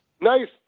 Nice